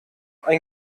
ein